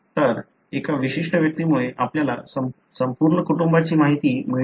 तर एका विशिष्ट व्यक्तीमुळे आपल्याला संपूर्ण कुटुंबाची माहिती मिळते